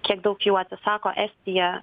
kiek daug jau atsisako estija